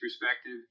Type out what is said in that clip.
perspective